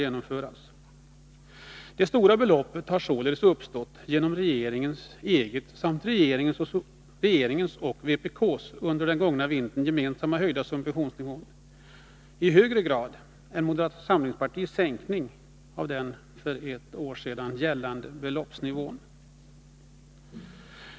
Den stora skillnaden har således uppstått i högre grad genom den av regeringen själv samt den av regeringen och vpk under den gångna vintern gemensamt höjda subventionsnivån än genom moderata samlingspartiets sänkning av den för ett år sedan gällande beloppsnivån.